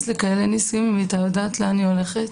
לכאלה נישואים אם היא הייתה יודעת לאן היא הולכת.